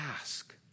Ask